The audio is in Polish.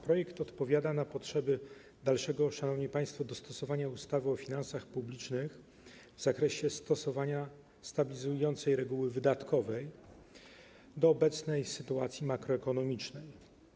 Projekt odpowiada na potrzebę dalszego, szanowni państwo, dostosowania ustawy o finansach publicznych w zakresie stosowania stabilizującej reguły wydatkowej do obecnej sytuacji makroekonomicznej.